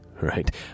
right